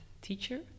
teacher